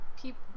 people